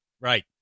right